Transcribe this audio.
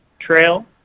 trail